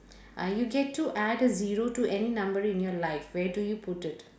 uh you get to add a zero to any number in your life where do you put it